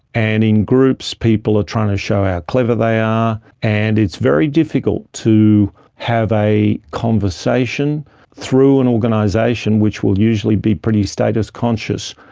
and in groups people are trying to show how clever they are, and it's very difficult to have a conversation through an organisation which will usually be pretty status conscious,